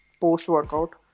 post-workout